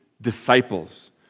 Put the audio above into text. disciples